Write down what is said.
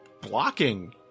blocking